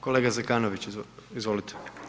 Kolega Zekanović, izvolite.